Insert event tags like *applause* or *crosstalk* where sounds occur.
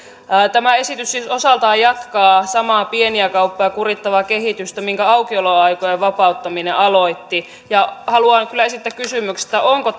tämä esitys siis osaltaan jatkaa samaa pieniä kauppoja kurittavaa kehitystä minkä aukioloaikojen vapauttaminen aloitti ja haluan kyllä esittää kysymyksen onko *unintelligible*